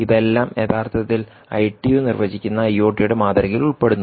ഇതെല്ലാം യഥാർത്ഥത്തിൽ ഐടിയു നിർവചിക്കുന്ന ഐ ഓ ടിയുടെ മാതൃകയിൽ ഉൾപ്പെടുന്നു